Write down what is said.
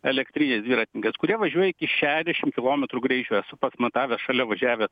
elektrinis dviratininkas kurie važiuoja iki šešdešim kilometrų greičio esu pats matavęs šalia važiavęs